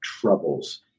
troubles